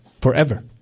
Forever